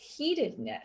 heatedness